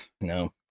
no